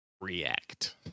react